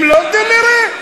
אם לא, נראה.